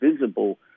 visible